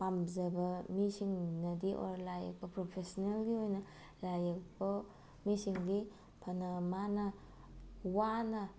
ꯄꯥꯝꯖꯕ ꯃꯤꯁꯤꯡꯅꯗꯤ ꯑꯣꯔ ꯂꯥꯏꯌꯦꯛꯄ ꯄ꯭ꯔꯣꯐꯦꯁꯅꯦꯜꯒꯤ ꯑꯣꯏꯅ ꯂꯥꯏꯌꯦꯛꯄ ꯃꯤꯁꯤꯡꯗꯤ ꯐꯅ ꯃꯥꯅ ꯋꯥꯅ